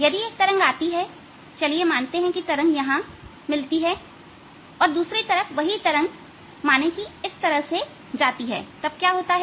यदि एक तरंग आती हैचलिए मानते हैं कि तरंग यहां मिलती है और तब दूसरी तरफ वहीं तरंग माने की इस तरह जाती है तो क्या होता है